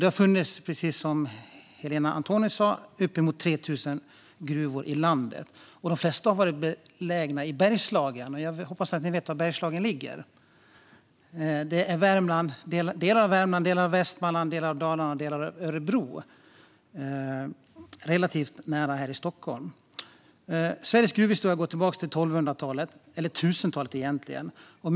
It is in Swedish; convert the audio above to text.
Det har, precis som Helena Antoni sa, funnits uppemot 3 000 gruvor i landet. De flesta av dem har varit belägna i Bergslagen. Jag hoppas att ni vet var Bergslagen ligger. Det är delar av Värmland, delar av Västmanland, delar av Dalarna och delar av Örebro län - alltså relativt nära Stockholm. Sveriges gruvhistoria går tillbaka till 1200-talet, eller egentligen till 1000-talet.